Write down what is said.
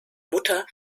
mutter